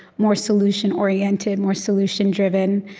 more solution-oriented, more solution-driven,